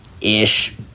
Ish